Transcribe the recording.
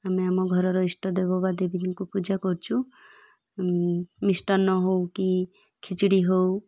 ଆମେ ଆମ ଘରର ଇଷ୍ଟ ଦେବ ବା ଦେବୀଙ୍କୁ ପୂଜା କରୁଛୁ ମିଷ୍ଟାନ୍ନ ହଉ କି ଖେଚୁଡ଼ି ହଉ